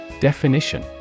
Definition